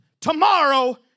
tomorrow